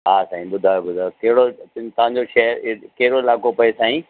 हा साईं ॿुधायो ॿुधायो कहिड़ो तव्हांजो शहर कहिड़ो इलाइक़ो पए साईं